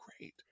great